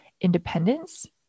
independence